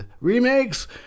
Remakes